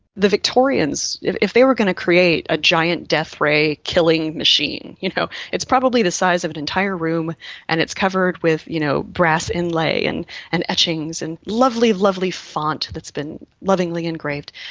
the victorians, if if they were going to create a giant death-ray killing machine, you know, it's probably the size of an entire room and it's covered with, you know, brass inlay and and etchings, and lovely, lovely font that's been lovingly engraved,